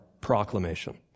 proclamation